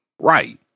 Right